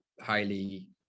highly